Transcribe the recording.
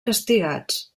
castigats